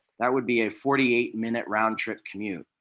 that would be a forty eight minute round trip commute.